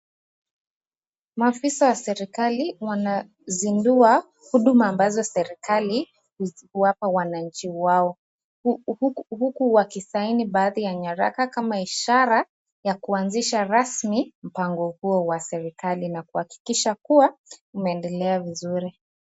Maafisa wa serikali wanazindua huduma ambazo serikali huwapa wananchi wao, huku wakisaini baadhi ya nyaraka kama ishara ya kuanzisha rasmi mpango huo wa serikali na kuhakikisha kuwa umeendelea vizuri.